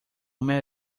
homem